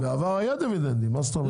בעבר היה דיבידנדים, מה זאת אומרת?